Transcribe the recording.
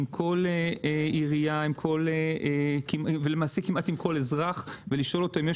עם כל עירייה ולמעשה כמעט עם כל אזרח ולשאול אותו האם יש